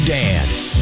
dance